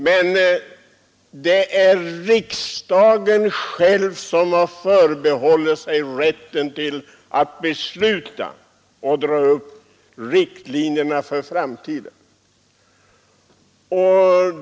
Men riksdagen har förbehållit sig själv rätten att besluta och dra upp riktlinjer för framtiden.